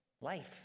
life